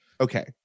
Okay